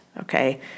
okay